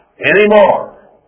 anymore